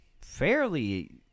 fairly